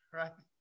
right